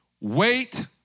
Wait